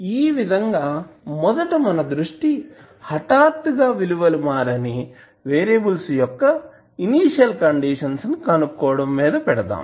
ఈ విధంగా మొదట మన దృష్టి హఠాత్తుగా విలువలు మారని వేరియబుల్స్ యొక్క ఇనీషియల్ కండిషన్స్ కనుక్కోవడం పెడదాం